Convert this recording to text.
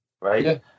right